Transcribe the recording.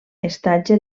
estatge